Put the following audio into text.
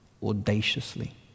audaciously